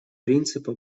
принципа